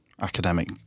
academic